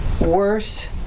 worse